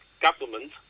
government